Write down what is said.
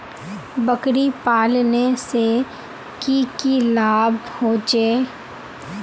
बकरी पालने से की की लाभ होचे?